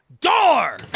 door